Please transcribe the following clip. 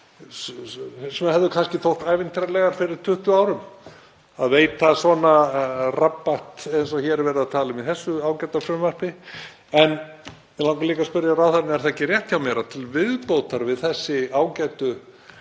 sem hefðu kannski þótt ævintýralegar fyrir 20 árum, að veita svona rabbat eins og verið er að tala um í þessu ágæta frumvarpi. Mig langar líka að spyrja ráðherrann: Er það ekki rétt hjá mér að til viðbótar við þessi ágætu